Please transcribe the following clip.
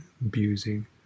abusing